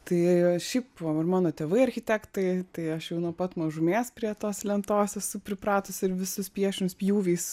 tai šiaip ir mano tėvai architektai tai aš jau nuo pat mažumės prie tos lentos esu pripratusi ir visus piešinius pjūviais